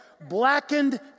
Blackened